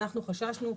אנחנו חששנו,